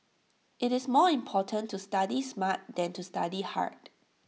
IT is more important to study smart than to study hard